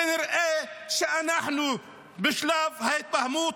כנראה שאנחנו בשלב ההתבהמות.